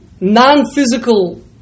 non-physical